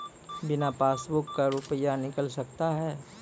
बिना पासबुक का रुपये निकल सकता हैं?